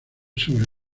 sobre